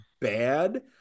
bad